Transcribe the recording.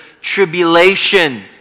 tribulation